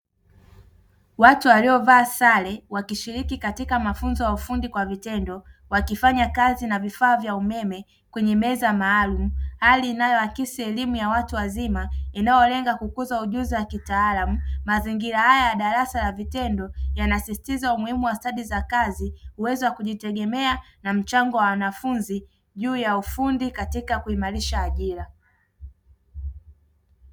Watu waliovaa sare wakishiriki katika mafunzo ya ufundi kwa vitendo, wakifanya kazi na vifaa vya umeme kwenye meza maalumu. Hali inayo akisi elimu ya watu wazima inayolenga kukuza ujuzi wa kitaalamu. Mazingira haya ya darasa la vitendo yanasisitiza umuhimu wa stadi za kazi, uwezo wa kujitegemea na mchango wa wanafunzi juu ya ufundi katikia kuimarisha ajira.